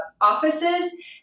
offices